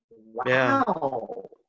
Wow